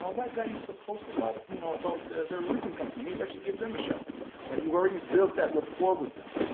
um that guy used to post a lot you know about their roofing company, maybe i should give them shot. you've already built that rapport with them,